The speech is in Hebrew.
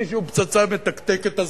מי שהוא פצצה מתקתקת,